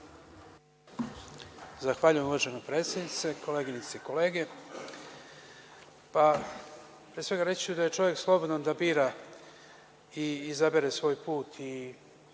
Zahvaljujem, uvažena predsednice. Koleginice i kolege, pre svega reći ću da je čovek slobodan da bira i izabere svoj put,